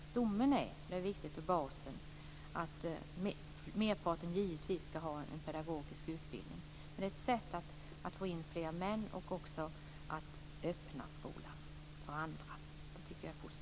Stommen och basen - det är viktigt - är givetvis att merparten skall ha en pedagogisk utbildning. Men detta är ett sätt att få in fler män och att öppna skolan för andra. Det tycker jag är positivt.